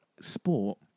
sport